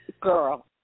Girl